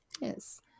yes